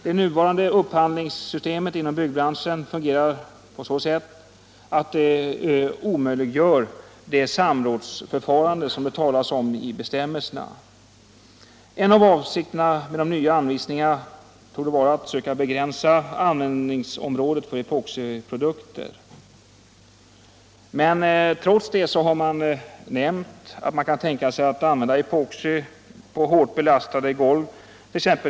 Det nuvarande upphandlingssystemet inom byggbranschen fungerar på ett sådant sätt att det omöjliggör det samrådsförfarande som det talas om i bestämmelserna. Avsikterna med de nya anvisningarna torde vara att söka begränsa användningsområdet för epoxiprodukter. Men trots det har det nämnts att man kan tänka sig att tillåta användning av epoximaterial för hårt belastade golv, 1. ox.